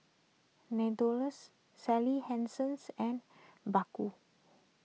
Sally Hansen and Baggu